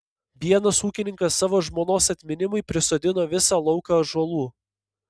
vienas ūkininkas savo žmonos atminimui prisodino visą lauką ąžuolų